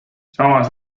samas